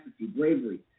bravery